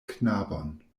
knabon